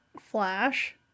Flash